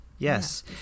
Yes